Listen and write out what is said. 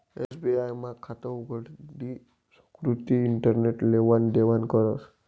SBI मा खातं उघडी सुकृती इंटरनेट लेवान देवानं करस